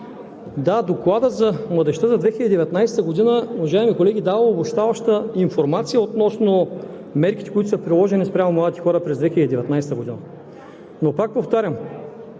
Да, Докладът за младежта за 2019 г., уважаеми колеги, дава обобщаваща информация относно мерките, които са приложени спрямо младите хора през 2019 г. Пак повтарям,